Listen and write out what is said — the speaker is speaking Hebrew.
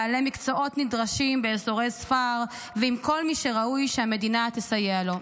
בעלי מקצועות נדרשים באזורי ספר ועם כל מי שראוי שהמדינה תסייע לו.